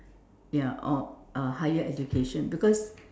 ya or uh higher education because